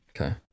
okay